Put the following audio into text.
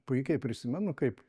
puikiai prisimenu kaip